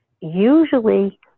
usually